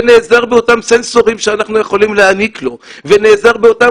והוא נעזר באותם סנסורים שאנחנו יכולים להעניק לו ונעזר באותם